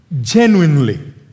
genuinely